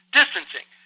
distancing